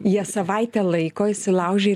jie savaitę laiko įsilaužia ir